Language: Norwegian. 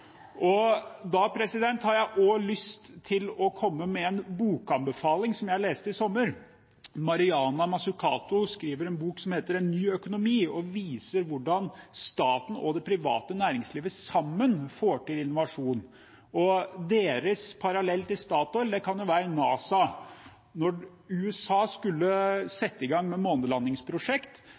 har jeg også lyst til å komme med en anbefaling av en bok som jeg leste i sommer. Mariana Mazzucato har skrevet en bok som heter «En ny økonomi», der hun viser hvordan staten og det private næringslivet sammen får til innovasjon. Der kan parallellen til Statoil være NASA. Da USA skulle sette i gang